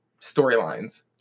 storylines